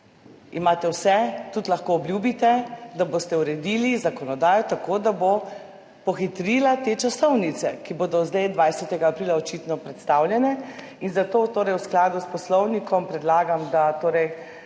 imate vse, tudi lahko obljubite, da boste uredili zakonodajo tako, da bo pohitrila te časovnice, ki bodo zdaj 20. aprila očitno predstavljene. Zato torej v skladu s Poslovnikom predlagam, da se